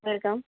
welcome